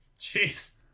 jeez